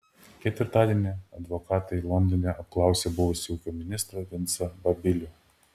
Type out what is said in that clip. ketvirtadienį advokatai londone apklausė buvusį ūkio ministrą vincą babilių